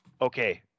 okay